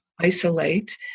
isolate